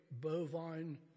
bovine